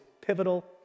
pivotal